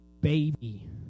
baby